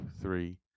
three